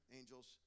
angels